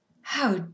How